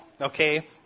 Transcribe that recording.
okay